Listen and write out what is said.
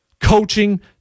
Coaching